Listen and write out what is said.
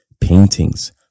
paintings